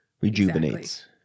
Rejuvenates